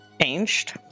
changed